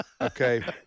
Okay